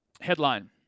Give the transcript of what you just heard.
Headline